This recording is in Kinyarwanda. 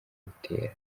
butera